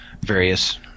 various